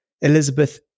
Elizabeth